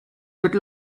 good